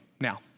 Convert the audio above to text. now